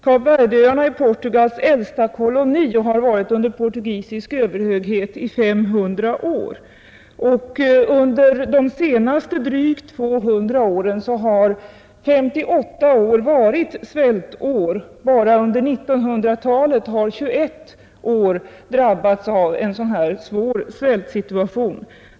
Kap Verdeöarna är Portugals äldsta koloni och har varit under portugisisk överhöghet i 500 år. Under de senaste drygt 200 åren har 58 år varit svältår. Enbart under 1900-talet har 21 år drabbats av en svår svältsituation.